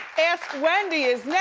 ask wendy is yeah